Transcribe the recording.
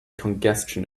congestion